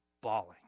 bawling